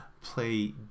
play